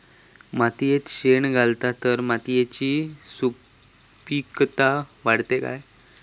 मातयेत शेण घातला तर मातयेची सुपीकता वाढते काय?